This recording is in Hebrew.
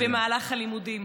במהלך הלימודים.